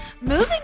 moving